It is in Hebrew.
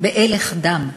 באלח דם.